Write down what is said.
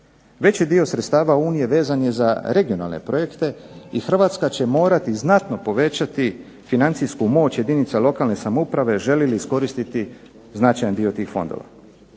Već dio sredstava Unije vezan je za regionalne projekte i Hrvatska će morati znatno povećati financijsku moć jedinica lokalne samouprave želi li iskoristiti značajan dio tih Fondova.